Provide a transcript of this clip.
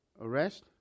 arrest